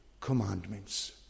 commandments